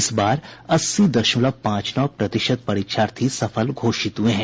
इस बार अस्सी दशमलव पांच नौ प्रतिशत परीक्षार्थी सफल घोषित हुए हैं